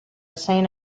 saint